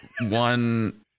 one